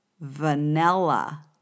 vanilla